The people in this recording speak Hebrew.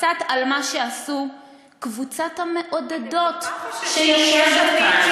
קצת על מה שעשו "קבוצת המעודדות" שיושבת כאן,